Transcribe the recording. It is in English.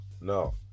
no